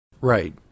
Right